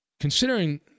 considering